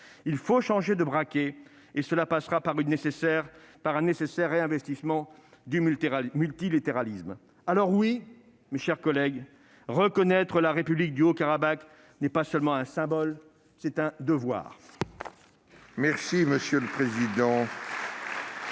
Il faut changer de braquet, et cela passera par un nécessaire réinvestissement du multilatéralisme. La reconnaissance de la République du Haut-Karabagh n'est pas seulement un symbole ; c'est un devoir